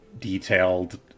detailed